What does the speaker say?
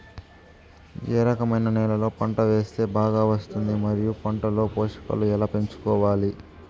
ఏ రకమైన నేలలో పంట వేస్తే బాగా వస్తుంది? మరియు పంట లో పోషకాలు ఎలా పెంచుకోవాలి?